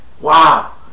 Wow